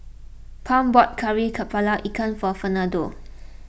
Pam bought Kari Kepala Ikan for Fernando